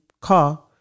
car